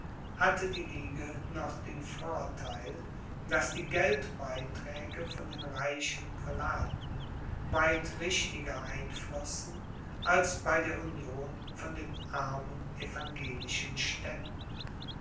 hatte die ligue noch den vortheil daß die geldbeiträge von den reichen prälaten weit richtiger einflossen als bei der union von den armen evangelischen ständen